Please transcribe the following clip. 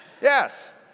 Yes